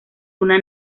una